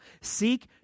seek